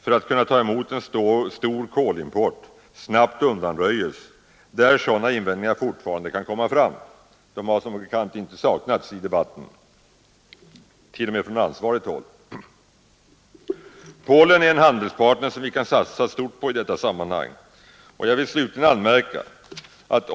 för att kunna ta emot en stor kolimport snabbt undanröjes, där sådana invändningar fortfarande kan komma fram — de har som bekant inte saknats i debatten utan framförts t.o.m. från ansvarigt håll. Polen är en handelspartner som vi kan satsa stort på i detta sammanhang.